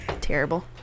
Terrible